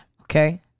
Okay